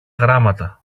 γράμματα